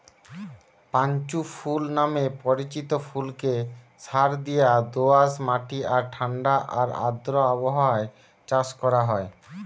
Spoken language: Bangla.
পাঁচু ফুল নামে পরিচিত ফুলকে সারদিয়া দোআঁশ মাটি আর ঠাণ্ডা আর আর্দ্র আবহাওয়ায় চাষ করা হয়